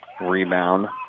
Rebound